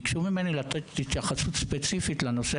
ביקשו ממנו לתת התייחסות ספציפית לנושא